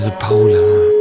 Paula